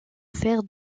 faire